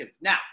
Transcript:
Now